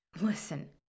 Listen